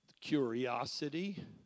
curiosity